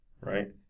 right